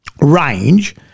range